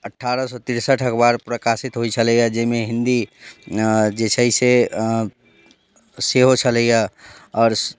अट्ठारह सए तिरसठिक बाद प्रकाशित होइत छलैए जाहिमे हिन्दी जे छै से सेहो छलैए आओर